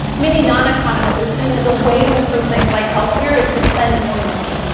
many non-economists assume that the way to improve things like healthcare is to spend more money.